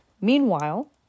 Meanwhile